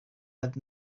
that